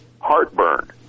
Heartburn